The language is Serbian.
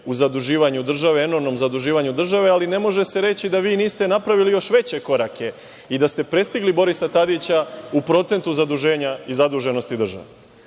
u zaduživanju države, enormnom zaduživanju države. Ali, ne može se reći da vi niste napravili još veće korake i da ste prestigli Borisa Tadića u procentu zaduženja i zaduženosti države. Zaista